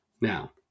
Now